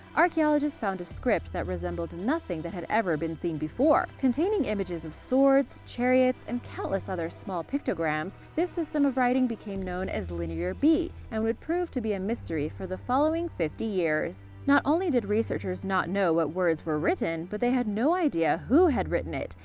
archaeologists found a script that resembled nothing that had ever been seen before. containing images of swords, chariots, and countless other small pictograms, this system of writing became known as linear b and would prove to be a mystery for the following fifty years. not only did researchers not know what words were written, but they had no idea who had written it,